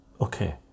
okay